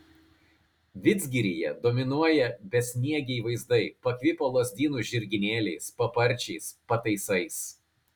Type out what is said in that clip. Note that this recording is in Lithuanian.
vidzgiryje dominuoja besniegiai vaizdai pakvipo lazdynų žirginėliais paparčiais pataisais